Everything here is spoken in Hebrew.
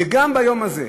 וגם ביום הזה,